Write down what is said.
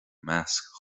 measc